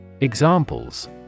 Examples